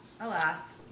alas